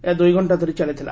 ଏହା ଦୁଇ ଘଣ୍ଟା ଧରି ଚାଲିଥିଲା